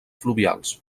fluvials